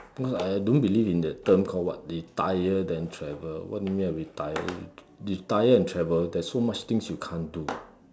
cause I don't believe in that term call what retire then travel what do you mean by retire retire and travel there's so much things you can't do